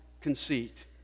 conceit